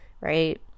right